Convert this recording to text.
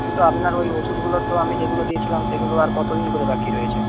কিন্তু আপনার ওই ওষুধগুলো তো আমি যেগুলো দিয়েছিলাম সেগুলো আর কতদিন করে বাকি রয়েছে